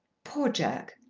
poor jack!